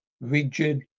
rigid